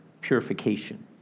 purification